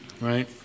right